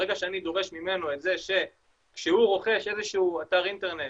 ברגע שאני דורש ממנו את זה שכשהוא רוכש איזה שהוא אתר אינטרנט